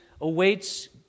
awaits